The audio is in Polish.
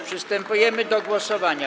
Przystępujemy do głosowania.